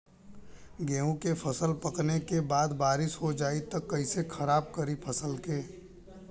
गेहूँ के फसल पकने के बाद बारिश हो जाई त कइसे खराब करी फसल के?